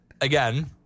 again